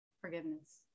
Forgiveness